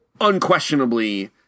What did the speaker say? unquestionably